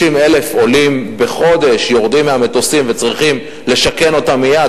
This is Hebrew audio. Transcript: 30,000 עולים בחודש יורדים מהמטוסים וצריכים לשכן אותם מייד,